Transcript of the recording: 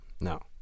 No